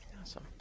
awesome